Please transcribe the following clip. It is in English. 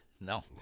No